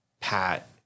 Pat